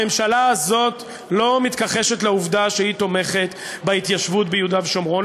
הממשלה הזאת לא מתכחשת לעובדה שהיא תומכת בהתיישבות ביהודה ושומרון,